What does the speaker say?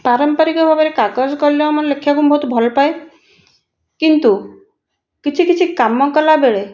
ପାରମ୍ପରିକ ଭାବରେ କାଗଜ କଲମରେ ଲେଖିବାକୁ ମୁଁ ବହୁତ ଭଲପାଏ କିନ୍ତୁ କିଛି କିଛି କାମ କଲାବେଳେ